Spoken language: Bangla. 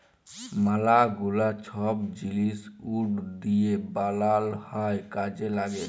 ম্যালা গুলা ছব জিলিস উড দিঁয়ে বালাল হ্যয় কাজে ল্যাগে